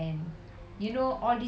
moist and all